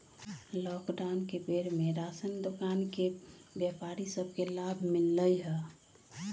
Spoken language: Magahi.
लॉकडाउन के बेर में राशन के दोकान के व्यापारि सभ के लाभ मिललइ ह